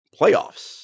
playoffs